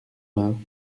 vingts